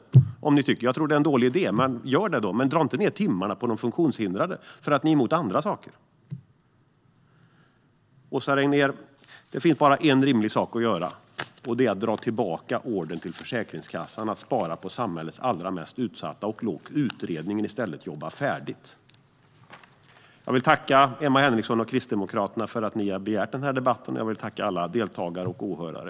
Jag tror för min del att även det är en dålig idé. Men dra inte ned antalet timmar för de funktionshindrade för att ni är emot andra saker! Åsa Regnér! Det finns bara en rimlig sak att göra, och det är att dra tillbaka ordern till Försäkringskassan att spara på samhällets allra mest utsatta. Låt i stället utredningen jobba färdigt! Jag vill tacka Emma Henriksson och Kristdemokraterna för att ni har begärt den här debatten. Jag vill också tacka alla deltagare och åhörare.